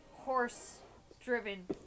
Horse-driven